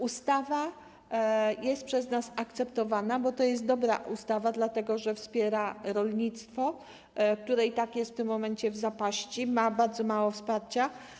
Ustawa jest przez nas akceptowana, bo to jest dobra ustawa, dlatego że wspiera rolnictwo, które i tak jest w tym momencie w zapaści, ma bardzo mało wsparcia.